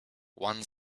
one